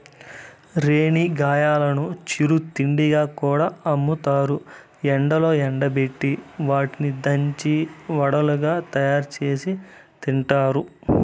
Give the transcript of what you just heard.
రేణిగాయాలను చిరు తిండిగా కూడా అమ్ముతారు, ఎండలో ఎండబెట్టి వాటిని దంచి వడలుగా తయారుచేసి తింటారు